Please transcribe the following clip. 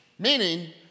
Meaning